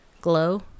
glow